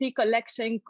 collection